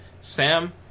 Sam